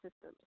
systems